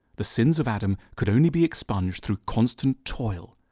the sins of adam could only be expunged through constant toil.